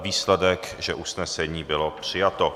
Výsledek, že usnesení bylo přijato.